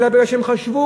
אלא בגלל שהם חשבו